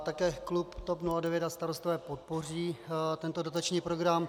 Také klub TOP 09 a Starostové podpoří tento dotační program.